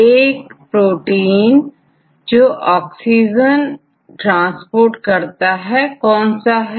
एक प्रोटीन जो oxygen transport करता है कौन सा है